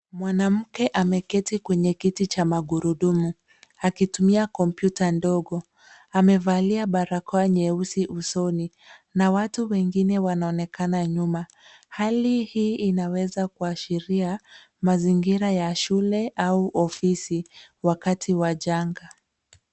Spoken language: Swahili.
Mwanamke ameketi kwenye kiti cha magurudumu, akitumia kompyuta ndogo. Amevalia barakoa nyeusi usoni na watu wengine wanaonekana nyuma. Hali hii inaweza kuashiria, mazingira ya shule au ofisi, wakati wa janga.